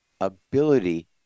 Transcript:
ability